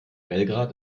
belgrad